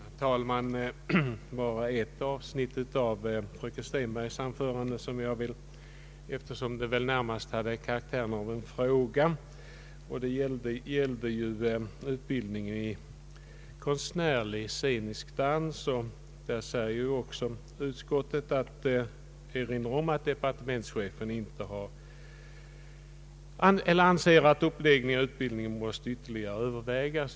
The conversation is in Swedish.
Herr talman! Det är bara ett avsnitt i fröken Stenbergs anförande som jag vill ta upp, eftersom det närmast hade karaktären av en fråga, nämligen det som gällde utbildningen i konstnärlig scenisk dans. Utskottet erinrar om att departementschefen har framhållit att frågan om utbildning på detta område måste bli föremål för ytterligare överväganden.